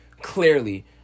clearly